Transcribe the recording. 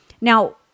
Now